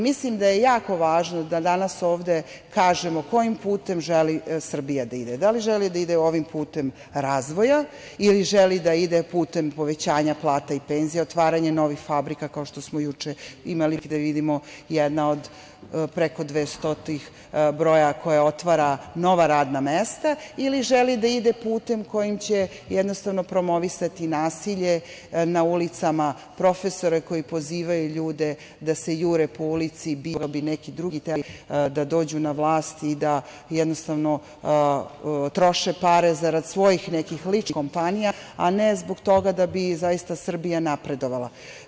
Mislim da je jako važno da danas ovde kažemo kojim putem želi Srbija da ide, da li želi ovim putem razvoja ili želi da ide putem povećanja plata i penzija, otvaranje novih fabrika, kao što smo juče imali prilike da vidimo, jedna od preko dvestotog broja koja otvara nova radna mesta, ili želi da ide putem kojim će jednostavno promovisati nasilje na ulicama, profesore koji pozivaju ljude da se jure po ulici i biju zbog toga što bi neki drugi hteli da dođu na vlast i da jednostavno troše pare zarad svojih nekih ličnih kompanija, a ne zbog toga da bi Srbija zaista napredovala.